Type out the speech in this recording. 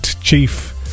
chief